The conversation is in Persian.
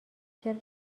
چرا